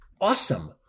Awesome